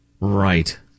Right